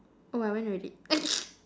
oh I went already